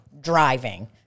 driving